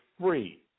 free